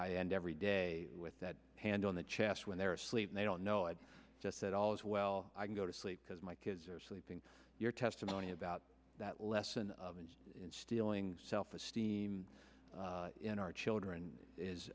and every day with that hand on the chest when they're asleep they don't know i just said all is well i can go to sleep because my kids are sleeping your test about that lesson of stealing self esteem in our children is